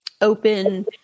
open